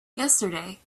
yesterday